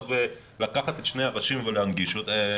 היא לא צריכה עכשיו לקחת את שני הראשים ולהנגיש אותם,